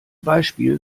beispiel